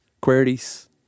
queries